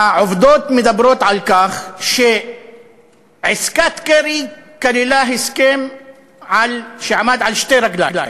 העובדות מדברות על כך שעסקת קרי כללה הסכם שעמד על שתי רגליים,